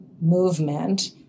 movement